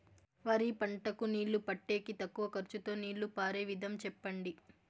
వరి పంటకు నీళ్లు పెట్టేకి తక్కువ ఖర్చుతో నీళ్లు పారే విధం చెప్పండి?